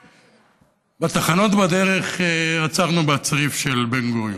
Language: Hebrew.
שבתחנות בדרך עצרנו בצריף של בן-גוריון,